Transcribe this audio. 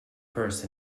purse